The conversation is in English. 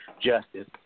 Justice